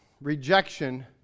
rejection